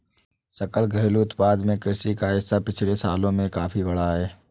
सकल घरेलू उत्पाद में कृषि का हिस्सा पिछले सालों में काफी बढ़ा है